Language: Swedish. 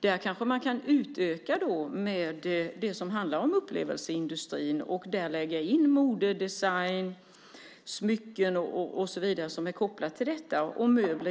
Där kanske man då kan utöka med det som handlar om upplevelseindustrin och där lägga in mode, design, smycken och så vidare som är kopplat till detta, och möbler,